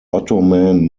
ottoman